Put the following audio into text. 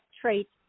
traits